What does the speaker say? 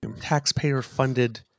taxpayer-funded